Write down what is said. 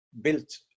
built